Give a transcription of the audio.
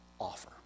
offer